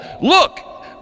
Look